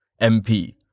MP